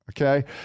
Okay